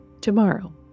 tomorrow